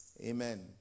Amen